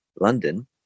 London